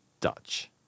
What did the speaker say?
Dutch